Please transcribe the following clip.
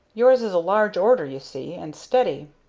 yours is a large order you see, and steady.